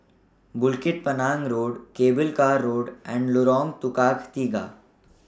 Bukit Panjang Road Cable Car Road and Lorong Tukang Tiga